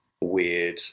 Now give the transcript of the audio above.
weird